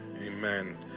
Amen